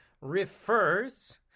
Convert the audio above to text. refers